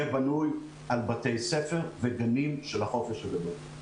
החלק השני של החופש הגדול יהיה בנוי על בתי ספר וגנים של החופש הגדול.